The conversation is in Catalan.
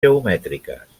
geomètriques